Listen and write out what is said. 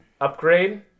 Upgrade